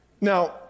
now